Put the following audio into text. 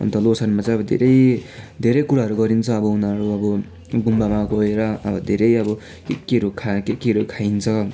अन्त ल्होसारमा चाहिँ अब धेरै धेरै कुराहरू गरिन्छ अब उनीहरू अब गुम्बामा गएर अब धेरै अब केकेहरू खा केकेहरू खाइन्छ